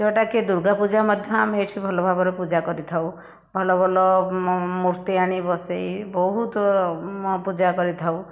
ଯେଉଁଟା କି ଦୂର୍ଗା ପୂଜା ମଧ୍ୟ ଆମେ ଏଠି ଭଲ ଭାବରେ ପୂଜା କରିଥାଉ ଭଲ ଭଲ ମୂର୍ତ୍ତି ଆଣି ବସେଇ ବହୁତ ପୂଜା କରିଥାଉ